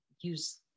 use